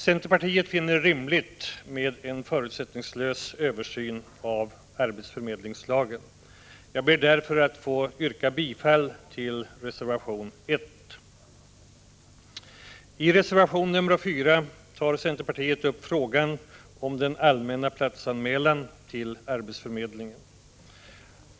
Centerpartiet finner det rimligt med en förutsättningslös översyn av arbetsförmedlingslagen. Jag ber därför att få yrka bifall till reservation 1. I reservation 4 tar centerpartiet upp frågan om den allmänna platsanmälan till arbetsförmedlingen.